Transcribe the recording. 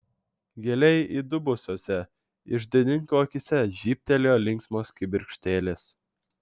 giliai įdubusiose iždininko akyse žybtelėjo linksmos kibirkštėlės